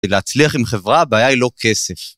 כדי להצליח עם חברה, הבעיה היא לא כסף.